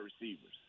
receivers